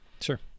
sure